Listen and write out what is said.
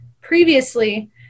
previously